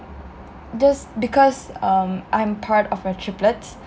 just because um I'm part of a triplets